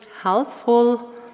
helpful